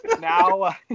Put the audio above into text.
Now